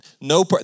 no